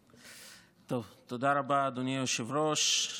טוב, תודה רבה, אדוני היושב-ראש.